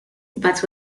but